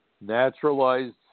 naturalized